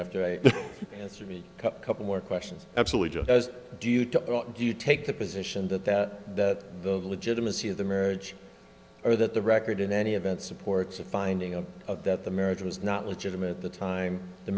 after i answer me a couple more questions absolutely does do you to do you take the position that that the legitimacy of the marriage or that the record in any event supports a finding out that the marriage was not legitimate at the time the